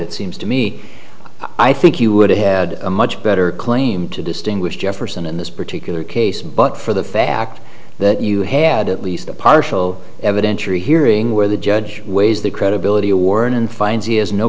it seems to me i think you would have had a much better claim to distinguish jefferson in this particular case but for the fact that you had at least a partial evidentiary hearing where the judge weighs the credibility award and finds he has no